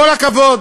כל הכבוד,